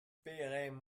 paieraient